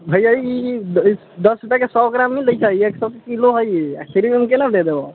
भैआ ई दश रुपएके सए ग्राम नहि दै छह ई एक सएके किलो है ई आ फ्रीम हम केना दे देबऽ